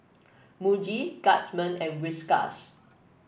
Muji Guardsman and Whiskas